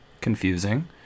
confusing